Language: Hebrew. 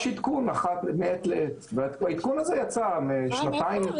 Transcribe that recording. עדכון מעת לעת והעדכון הזה יצא לפני שנתיים,